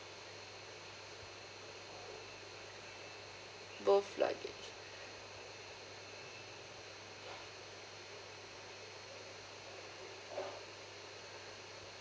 both luggage